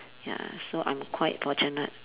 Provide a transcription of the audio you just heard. ya so I'm quite fortunate